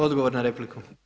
Odgovor na repliku.